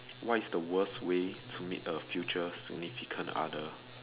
what is the worst way to meet a future significant other